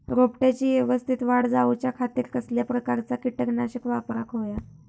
रोपट्याची यवस्तित वाढ जाऊच्या खातीर कसल्या प्रकारचा किटकनाशक वापराक होया?